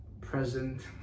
present